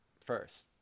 first